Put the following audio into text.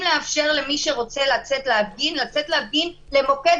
לאפשר למי שרוצה לצאת להפגין לצאת להפגין במוקד